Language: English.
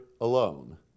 alone